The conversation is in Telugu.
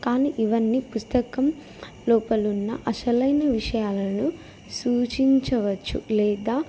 కానీ ఇవన్నీ పుస్తకం లోపలున్న అసలైన విషయాలను సూచించవచ్చు లేదా